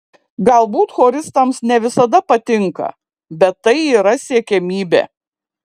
galbūt choristams ne visada patinka bet tai yra siekiamybė